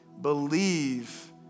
Believe